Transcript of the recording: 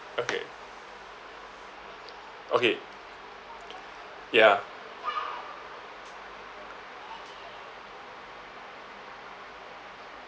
okay okay ya